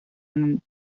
and